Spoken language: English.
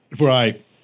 Right